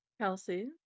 Kelsey